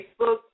Facebook